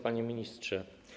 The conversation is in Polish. Panie Ministrze!